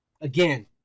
again